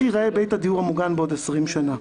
ייראה בית הדיור המוגן בעוד 20 שנה.